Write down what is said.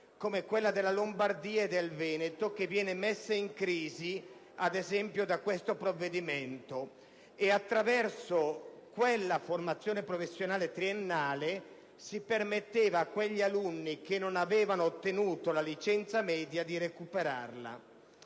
come quella della Lombardia e del Veneto, che viene messa in crisi da questo provvedimento. Attraverso quella formazione professionale triennale si permetteva agli alunni che non avevano ottenuto la licenza media di recuperarla.